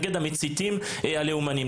נגד המציתים הלאומנים.